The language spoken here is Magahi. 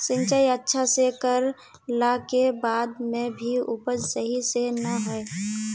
सिंचाई अच्छा से कर ला के बाद में भी उपज सही से ना होय?